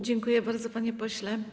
Dziękuję bardzo, panie pośle.